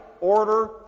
order